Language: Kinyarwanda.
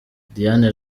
diane